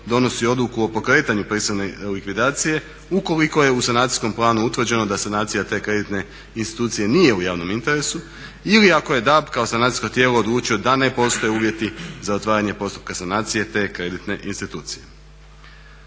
donosi odluku o pokretanju prisilne likvidacije ukoliko je u sanacijskom planu utvrđeno da sanacija te kreditne institucije nije u javnom interesu ili ako je DAB kao sanacijsko tijelo odlučio da ne postoje uvjeti za otvaranje postupka sanacije te kreditne institucije.